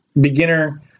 beginner